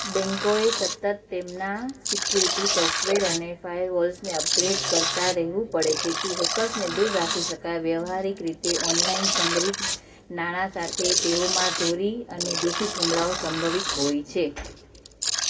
બેંકોએ સતત તેમનાં security software અને ફાયરવોલ્સને અપગ્રેડ કરતા રહેવું પડે છે જેથી હેકર્સને દૂર રાખી શકાય વ્યવહારિક રીતે ઓનલાઇન સંગ્રહિત નાણાં સાથે તેઓમાં ચોરી અને દૂષિત હુમલાઓ સંભવિત હોય છે